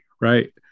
right